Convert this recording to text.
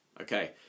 okay